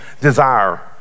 desire